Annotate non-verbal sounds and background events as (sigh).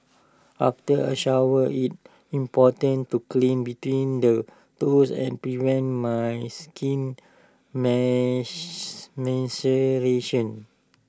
after A shower it's important to clean between the toes and prevent my skin (unintelligible) maceration